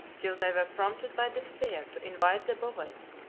till they were prompted by despair to invite the bowides,